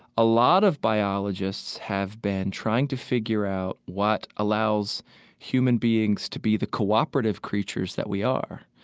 a lot of biologists have been trying to figure out what allows human beings to be the cooperative creatures that we are.